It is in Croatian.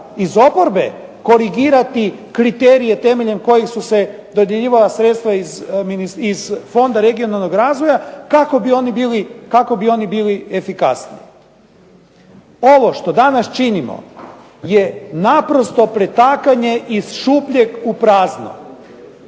iz oporbe korigirati kriterije temeljem kojih su se dodjeljivala sredstva iz Fonda regionalnog razvoja kako bi oni bili efikasniji. Ovo što danas činimo je naprosto pretakanje iz šupljeg u prazno,